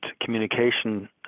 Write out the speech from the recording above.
communication